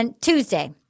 Tuesday